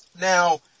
Now